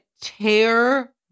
tear